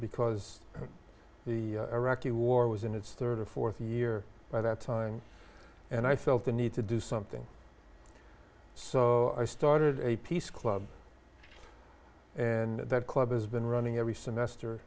because the iraqi war was in its rd or th year by that time and i felt the need to do something so i started a peace club and that club has been running every semester